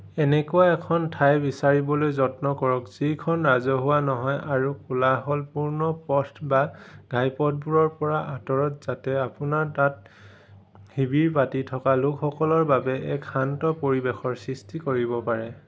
এনেকুৱা এখন ঠাই বিচাৰিবলৈ যত্ন কৰক যিখন ৰাজহুৱা নহয় আৰু কোলাহলপূৰ্ণ পথ বা ঘাইপথবোৰৰ পৰা আঁতৰত যাতে আপোনাৰ তাত শিবিৰ পাতি থকা লোকসকলৰ বাবে এক শান্ত পৰিৱেশৰ সৃষ্টি কৰিব পাৰে